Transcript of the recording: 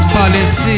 Palestine